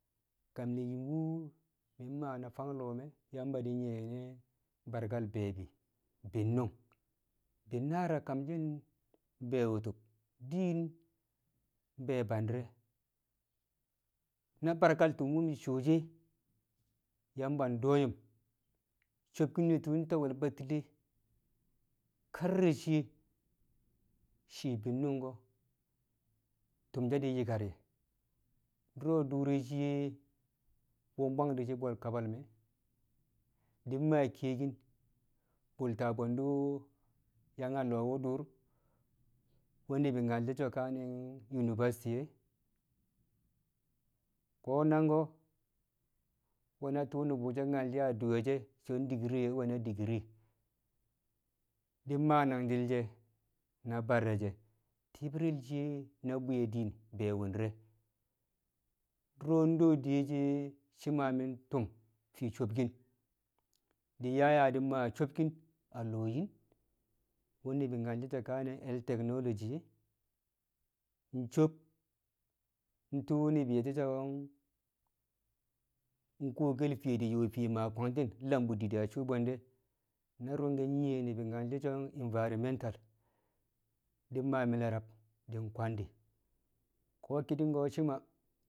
Kam ne̱ yim wṵ mi̱ mmaa na fang lo̱o̱ me Yamba nyi̱ye̱ nyi̱ne̱ barkal be̱e̱bi̱ bi̱nnṵng bi̱nnaar a kamshi̱ be̱e̱ wṵtṵb diin be̱e̱ bandi̱re̱. Na barkal tṵm wṵ mi̱ coo she̱ Yamba do̱yṵm so̱bki̱n tṵṵ nta we̱l Batile kar re̱ shiye shii bi̱nnṵng ko̱ tṵm she̱ di̱ nyi̱kar ye̱, dṵro̱ dṵr re̱ shiye wṵ di̱ shi bwang bwe̱l kabal me̱ di̱ mmaa kiyekin bṵlto̱ bwe̱ndṵ yanga lo̱o̱ wṵ dur wṵ ni̱bi̱ nyal so̱ kane̱n Univisity e̱ ko̱ nangko̱ nwe̱ tṵṵ nṵbṵ she̱ nyal shi̱ dṵwe̱ so̱ degree nwena degree di̱ mmaa nangji̱l she̱ na bare̱ she̱ ti̱i̱bi̱re̱l shiye na bwi̱ye̱ din be̱e̱ wṵndi̱re̱. Dṵro̱ do diye she̱ shi ma mi̱ tum fii sobkin di̱ yaa yaa di̱ maa we̱ sobkin a lo̱o̱ yin ni̱bi̱ nyal so kane̱ Health Tecnology nso̱b tṵṵ ni̱bi̱ nye̱ so̱ kuwokel fiye di yo̱o̱ fiye maa kwangshi̱ lam bṵ didi a suu bwe̱ndi̱ na rṵngke̱ nyiye ni̱bi̱ nyal so Environmental di̱ mmaa mi̱le̱ rab di̱ kwangdi̱ ko̱ kining ko̱ shi̱ ma.